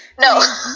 No